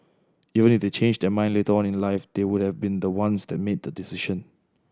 even if they change their mind later on in life they would have been the ones that made the decision